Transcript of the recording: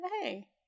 hey